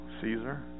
Caesar